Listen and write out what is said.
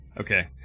Okay